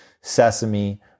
sesame